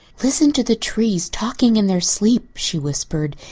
listen to the trees talking in their sleep, she whispered,